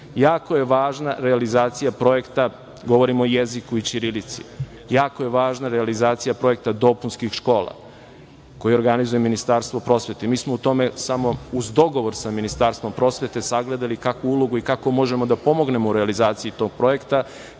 jako je važna realizacija projekta, govorimo o jeziku i ćirilici. Jako je važna realizacija projekta dopunskih škola, koje organizuje Ministarstvo prosvete i mi smo u tome samo uz dogovor sa Ministarstvom prosvete sagledali kakvu ulogu i kako možemo da pomognemo u realizaciji tog projekta